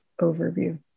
overview